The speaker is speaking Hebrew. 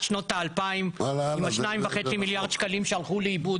שנות ה-2000 עם ה-2.5 מיליארד שקלים שהלכו לאיבוד.